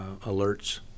alerts